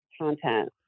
content